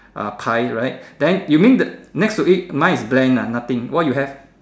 uh pie right then you mean next to it mine is blank ah nothing what you have